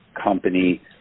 company